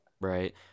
Right